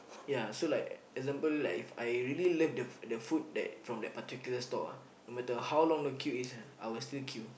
ya so like example like I really love the the food from that particular stall ah no matter how long the queue is ah I will still queue